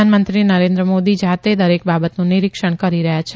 પ્રધાનમંત્રી નરેન્દ્ર મોદી જાતે દરેક બાબતનું નિરિક્ષણ કરી રહ્યા છે